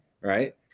right